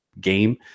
game